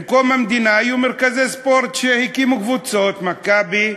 עם קום המדינה היו מרכזי ספורט שהקימו קבוצות: "מכבי",